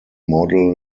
model